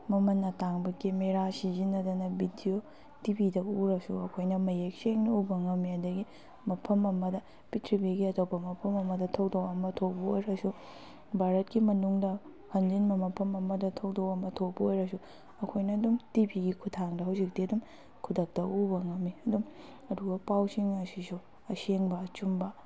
ꯃꯃꯜ ꯑꯇꯥꯡꯕ camera ꯁꯤꯖꯤꯟꯅꯗꯅ video T ꯚꯤꯗ ꯎꯔꯁꯨ ꯑꯩꯈꯣꯏꯅ ꯃꯌꯦꯛ ꯁꯦꯡꯅ ꯎꯕ ꯉꯝꯃꯦ ꯑꯗꯒꯤ ꯃꯐꯝ ꯑꯃꯗ ꯄ꯭ꯔꯤꯊꯤꯕꯤꯒꯤ ꯑꯇꯣꯞꯄ ꯃꯐꯝ ꯑꯃꯗ ꯊꯧꯗꯣꯛ ꯑꯃ ꯊꯣꯛꯄ ꯑꯣꯏꯔꯁꯨ ꯚꯥꯔꯠꯀꯤ ꯃꯅꯨꯡꯗ ꯍꯟꯖꯤꯟꯕ ꯃꯐꯝ ꯑꯃꯗ ꯊꯧꯗꯣꯛ ꯑꯃ ꯊꯣꯛꯄ ꯑꯣꯏꯔꯁꯨ ꯑꯩꯈꯣꯏꯅ ꯑꯗꯨꯝ ꯇꯤ ꯚꯤꯒꯤ ꯈꯨꯠꯊꯥꯡꯗ ꯍꯧꯖꯤꯛꯇꯤ ꯑꯗꯨꯝ ꯈꯨꯗꯛꯇ ꯎꯕ ꯉꯝꯃꯤ ꯑꯗꯨꯝ ꯑꯗꯨꯒ ꯄꯥꯎꯁꯤꯡ ꯑꯁꯤꯁꯨ ꯑꯁꯦꯡꯕ ꯑꯆꯨꯝꯕ